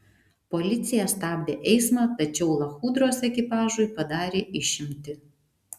policija stabdė eismą tačiau lachudros ekipažui padarė išimtį